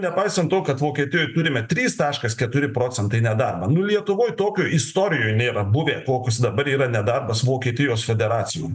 nepaisant to kad vokietijoj turime trys taškas keturi procentai nedarbo nu lietuvoj tokio istorijoj nėra buvę kokis dabar yra nedarbas vokietijos federacijoj